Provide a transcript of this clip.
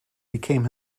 became